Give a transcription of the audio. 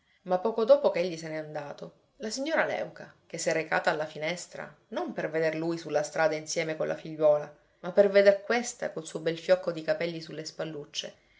ma poco dopo ch'egli se n'è andato la signora léuca che s'è recata alla finestra non per veder lui sulla strada insieme con la figliuola ma per veder questa col suo bel fiocco di capelli sulle spallucce